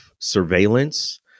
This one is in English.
surveillance